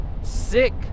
sick